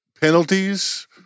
penalties